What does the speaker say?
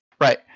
Right